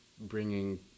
bringing